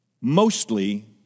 mostly